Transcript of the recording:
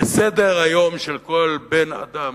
וסדר-היום של כל בן-אדם,